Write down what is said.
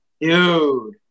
dude